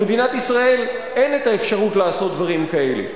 למדינת ישראל אין האפשרות לעשות דברים כאלה.